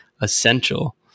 essential